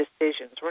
decisions